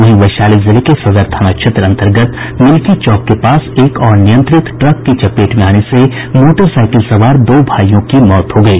वहीं वैशाली जिले के सदर थाना क्षेत्र अंतर्गत मिल्की चौक के पास एक अनियंत्रित ट्रक की चपेट में आने से मोटरसाईकिल सवार दो भाइयों की मौत हो गयी